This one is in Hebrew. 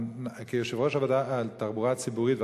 כיושב-ראש הוועדה לתחבורה ציבורית,